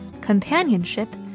companionship